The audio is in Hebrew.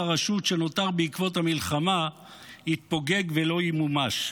הרשות שנותר בעקבות המלחמה יתפוגג ולא ימומש.